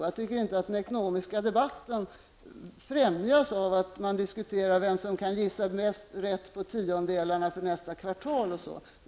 Jag tycker inte att den ekonomiska debatten främjas av att man diskuterar vem som kan gissa mest rätt på tiondelarna för nästa kvartal och så.